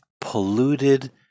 polluted